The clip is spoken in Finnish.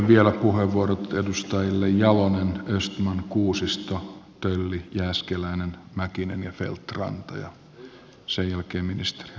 vielä puheenvuorot edustajille jalonen östman kuusisto tölli jääskeläinen mäkinen ja feldt ranta ja sen jälkeen ministeri